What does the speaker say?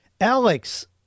Alex